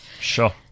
sure